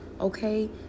okay